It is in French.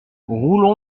roulon